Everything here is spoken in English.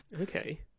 Okay